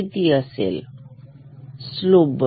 किती असेल स्लोप